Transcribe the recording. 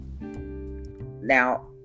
now